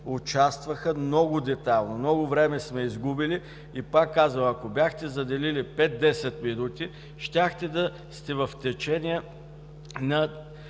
участваха много детайлно, много време сме изгубили. Пак казвам, ако бяхте заделили 5 – 10 минути, щяхте да сте в течение на